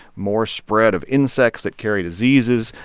more spread of insects that carry diseases,